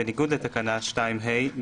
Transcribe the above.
בניגוד לתקנה 2(ה) ,